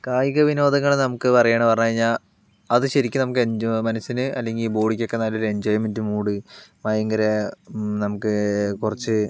കായികവിനോദങ്ങള് നമുക്ക് പറയാണ് പറഞ്ഞു കഴിഞ്ഞാൽ അത് ശരിക്കും നമുക്ക് എൻജോ മനസ്സിന് അല്ലെങ്കിൽ ബോഡിക്കൊക്കെ നല്ലൊരു എൻജോയ്മെന്റ് മൂഡ് ഭയങ്കര നമുക്ക് കുറച്ച്